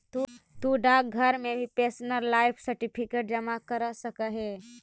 तु डाकघर में भी पेंशनर लाइफ सर्टिफिकेट जमा करा सकऽ हे